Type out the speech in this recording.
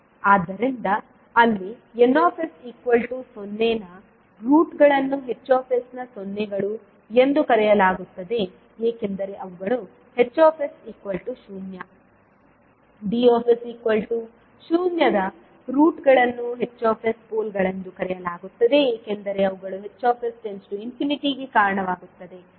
ನೋಡಿ ಸ್ಲೈಡ್ ಸಮಯ 2023 ಆದ್ದರಿಂದ ಅಲ್ಲಿ N0 ನ ರೂಟ್ ಗಳನ್ನು H ನ ಸೊನ್ನೆಗಳು ಎಂದು ಕರೆಯಲಾಗುತ್ತದೆ ಏಕೆಂದರೆ ಅವುಗಳು H0 D0 ನ ರೂಟ್ಗಳನ್ನು H ಪೋಲ್ಗಳೆಂದು ಕರೆಯಲಾಗುತ್ತದೆ ಏಕೆಂದರೆ ಅವುಗಳು H→∞ ಗೆ ಕಾರಣವಾಗುತ್ತವೆ